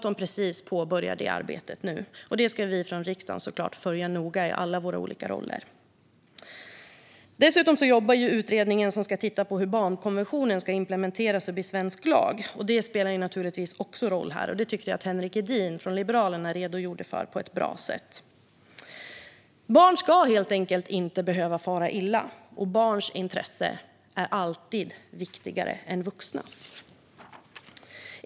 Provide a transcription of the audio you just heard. Regeringen påbörjar detta arbete nu, och det ska vi från riksdagen såklart följa noga i alla våra olika roller. Dessutom jobbar utredningen som ska se över hur barnkonventionen ska implementeras och bli svensk lag. Detta spelar naturligtvis också roll här, vilket jag tyckte att Henrik Edin från Liberalerna redogjorde för på ett bra sätt. Barn ska helt enkelt inte behöva fara illa. Barns intresse är alltid viktigare än vuxnas.